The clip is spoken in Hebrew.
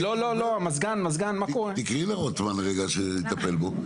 תקראי לרוטמן שיטפל בו.